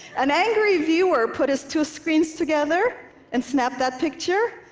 an angry viewer put his two screens together and snapped that picture,